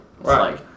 right